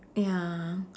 ya